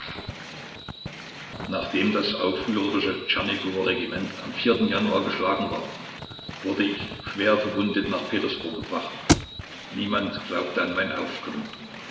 nachdem das aufrührerische tschernigower regiment am januar geschlagen war wurde ich schwer verwundet nach petersburg gebracht niemand glaubte an mein aufkommen